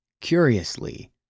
curiously